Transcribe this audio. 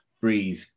breathe